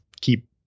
keep